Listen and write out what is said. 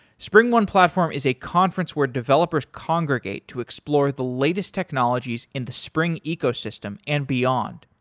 springone platform is a conference where developers congregate to explore the latest technologies in the spring ecosystem and beyond.